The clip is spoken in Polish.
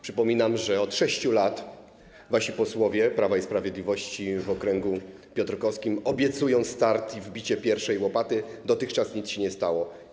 Przypominam, że od 6 lat wasi posłowie, Prawa i Sprawiedliwości, w okręgu piotrkowskim obiecują start i wbicie pierwszej łopaty, a dotychczas nic się nie stało.